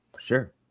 Sure